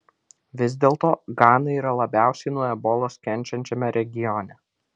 vis dėlto gana yra labiausiai nuo ebolos kenčiančiame regione